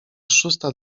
szósta